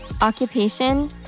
occupation